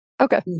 Okay